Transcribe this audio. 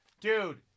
Dude